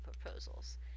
proposals